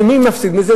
ומי מפסיד מזה?